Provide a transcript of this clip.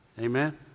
Amen